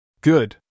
Good